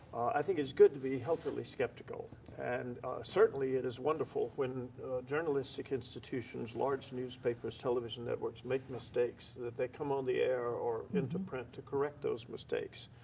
i think it's good to be healthily skeptical and certainly it is wonderful when journalistic institutions, large newspapers, television networks make mistakes that they come on the air or into print to correct those mistakes.